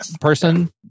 person